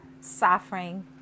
suffering